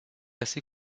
assez